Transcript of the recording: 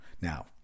Now